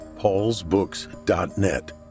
paulsbooks.net